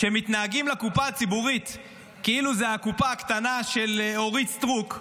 שמתנהגים לקופה הציבורית כאילו זו הקופה הקטנה של אורית סטרוק,